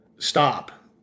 stop